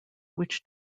which